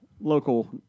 local